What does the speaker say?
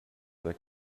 their